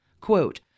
Quote